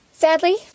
Sadly